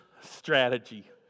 strategy